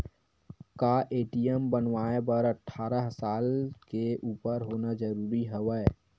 का ए.टी.एम बनवाय बर अट्ठारह साल के उपर होना जरूरी हवय?